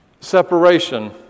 separation